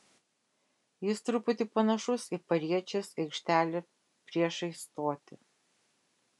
jis truputį panašus į pariečės aikštelę priešais stotį